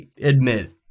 admit